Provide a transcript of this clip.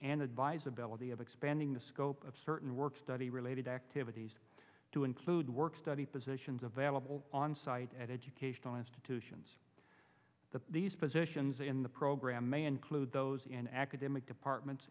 and advisability of expanding the scope of certain work study related activities to include work study positions available on site at educational institutions that these positions in the program may include those in academic department